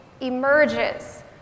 emerges